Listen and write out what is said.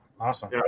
Awesome